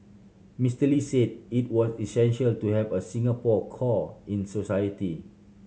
Mister Lee said it was essential to have a Singapore core in society